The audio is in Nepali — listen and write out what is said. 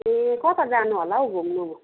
ए कता जानु होला हौ घुम्नु